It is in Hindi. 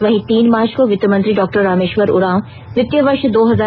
वहीं तीन मार्च को वित्त मंत्री डॉ रामेश्वर उरांव वित्तीय वर्ष दो हुंचा है